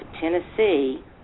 Tennessee